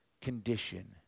condition